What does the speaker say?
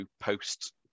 post